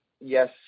yes